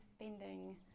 spending